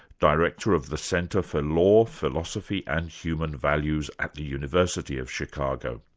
director of the centre for law, philosophy and human values at the university of chicago.